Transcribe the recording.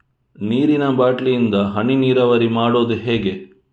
ನೀರಿನಾ ಬಾಟ್ಲಿ ಇಂದ ಹನಿ ನೀರಾವರಿ ಮಾಡುದು ಹೇಗೆ?